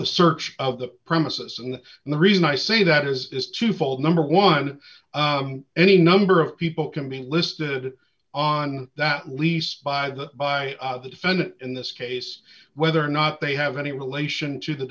the search of the premises and the reason i say that is is twofold number one any number of people can be listed on that lease by either by the defendant in this case whether or not they have any relation to the